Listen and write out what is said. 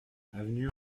avenue